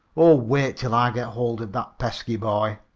oh, wait till i git hold of that pesky boy!